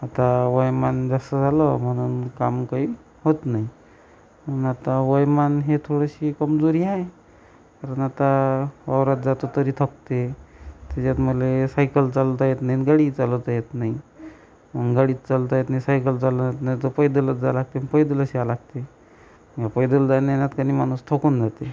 आता वयोमान जास्त झालं म्हणून काम काही होत नाही अन् आता वयोमान हे थोडेसे कमजोरी आहे कारण आता वावरात जातो तरी थकते त्याच्यात मला सायकल चालता येत नाही अन् गाडीही चालवता येत नाही अन् गाडीही चालवता येत नाही सायकल चालवता येत नाही तर पैदलच जावं लागते तर पैदलच यावं लागते या पैदल जाण्यायेण्यात का नाही माणूस थकून जाते